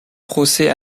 procès